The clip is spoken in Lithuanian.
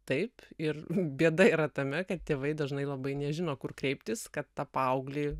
taip ir bėda yra tame kad tėvai dažnai labai nežino kur kreiptis kad tą paauglį